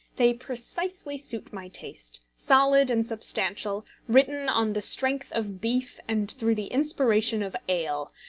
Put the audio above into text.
they precisely suit my taste solid and substantial, written on the strength of beef and through the inspiration of ale,